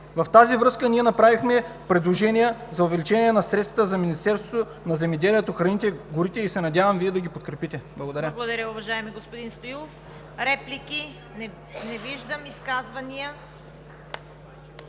В тази връзка ние направихме предложения за увеличение на средствата за Министерството на земеделието, храните и горите и се надяваме Вие да ги подкрепите. Благодаря.